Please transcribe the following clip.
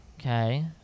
okay